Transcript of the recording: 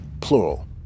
plural